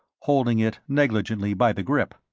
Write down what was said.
holding it negligently by the grip.